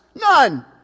None